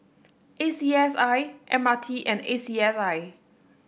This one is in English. A C S I M R T and A C S I